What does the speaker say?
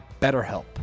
BetterHelp